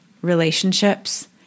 relationships